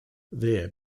there